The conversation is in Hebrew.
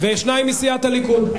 ושניים מסיעת הליכוד.